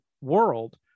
world